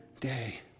day